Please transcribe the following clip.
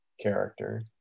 character